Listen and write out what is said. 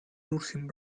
nursing